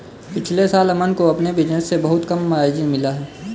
पिछले साल अमन को अपने बिज़नेस से बहुत कम मार्जिन मिला